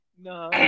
No